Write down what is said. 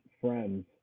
friends